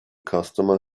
customer